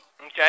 Okay